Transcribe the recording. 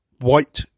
White